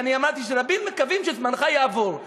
ואני אמרתי שרבים מקווים שזמנך יעבור.